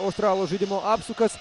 australų žaidimo apsukas